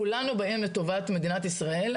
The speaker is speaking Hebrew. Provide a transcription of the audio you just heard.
כולנו באים לטובת מדינת ישראל,